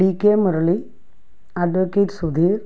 D K Murali advocate Sudheer